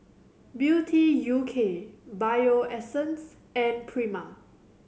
Beauty U K Bio Essence and Prima